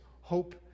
hope